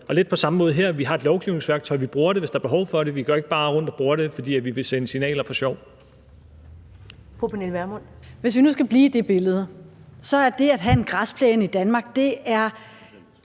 Og lidt på samme måde her: Vi har et lovgivningsværktøj; vi bruger det, hvis der er behov for det. Vi går ikke bare rundt og bruger det, fordi vi vil sende signaler for sjov. Kl. 15:43 Første næstformand (Karen Ellemann): Fru Pernille Vermund. Kl.